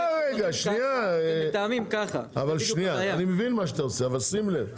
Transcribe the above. אני מבין מה שאתה עושה, אבל שים לב,